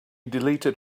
deleted